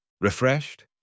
Refreshed